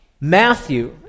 Matthew